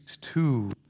two